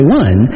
one